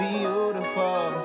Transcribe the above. Beautiful